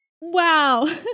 Wow